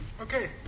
Okay